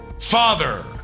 Father